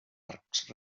arcs